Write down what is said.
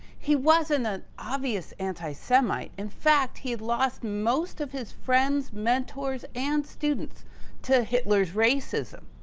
he wasn't an obvious anti-semite. in fact, he'd lost most of his friends, mentors and students to hitler's racism.